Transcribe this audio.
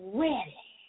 ready